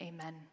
Amen